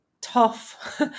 tough